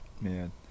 Man